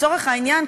לצורך העניין,